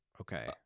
Okay